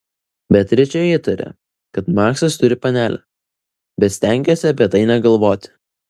beatričė įtarė kad maksas turi panelę bet stengėsi apie tai negalvoti